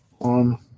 on